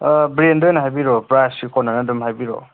ꯕ꯭ꯔꯦꯟꯗ ꯑꯣꯏꯅ ꯍꯥꯏꯕꯤꯔꯛꯑꯣ ꯄ꯭ꯔꯥꯏꯁꯀ ꯀꯣꯟꯅꯅ ꯑꯗꯨꯝ ꯍꯥꯏꯕꯤꯔꯛꯑꯣ